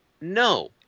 No